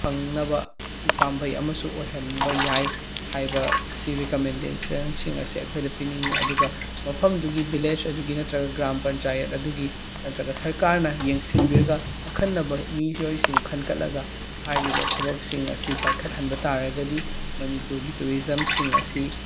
ꯐꯪꯅꯕꯒꯤ ꯄꯥꯝꯕꯩ ꯑꯃꯁꯨ ꯑꯣꯏꯍꯟꯕ ꯌꯥꯏ ꯍꯥꯏꯕꯁꯤ ꯔꯤꯀꯝꯃꯦꯟꯗꯦꯁꯟꯁꯤꯡ ꯑꯁꯦ ꯑꯩꯈꯣꯏꯗ ꯄꯤꯅꯤꯡꯏ ꯑꯗꯨꯒ ꯃꯐꯝꯗꯨꯒꯤ ꯕꯤꯂꯦꯖ ꯑꯗꯨꯒꯤ ꯅꯠꯇ꯭ꯔꯒ ꯒ꯭ꯔꯥꯝ ꯄꯟꯆꯥꯌꯠ ꯑꯗꯨꯒꯤ ꯅꯠꯇ꯭ꯔꯒ ꯁꯔꯀꯥꯔꯅ ꯌꯦꯡꯁꯤꯟꯕꯤꯔꯒ ꯑꯈꯟꯅꯕ ꯃꯤꯑꯣꯏꯁꯤꯡ ꯈꯟꯒꯠꯂꯒ ꯍꯥꯏꯔꯤꯕ ꯊꯕꯛꯁꯤꯡ ꯑꯁꯤ ꯄꯥꯏꯈꯠꯍꯟꯕ ꯇꯥꯔꯒꯗꯤ ꯃꯅꯤꯄꯨꯔꯒꯤ ꯇꯨꯔꯤꯖꯝꯁꯤꯡ ꯑꯁꯤ